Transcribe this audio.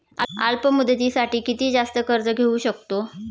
अल्प मुदतीसाठी किती जास्त कर्ज घेऊ शकतो?